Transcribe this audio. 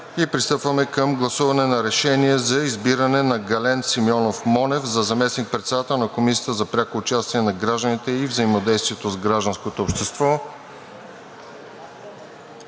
Пристъпваме към гласуване на Решение за избиране на Гален Симеонов Монев за заместник-председател на Комисията за пряко участие на гражданите и взаимодействието с гражданското общество.